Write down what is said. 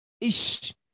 Ish